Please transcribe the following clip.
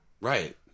Right